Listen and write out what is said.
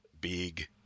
big